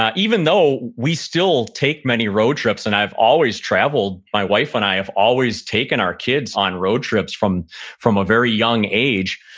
even though we still take many road trips, and i've always traveled, my wife and i have always taken our kids on road trips from from a very young age.